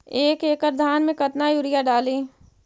एक एकड़ धान मे कतना यूरिया डाली?